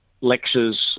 lectures